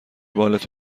بالت